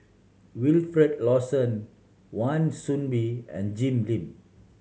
Wilfed Lawson Wan Soon Bee and Jim Lim